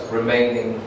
remaining